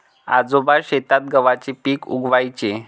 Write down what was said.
आजोबा शेतात गव्हाचे पीक उगवयाचे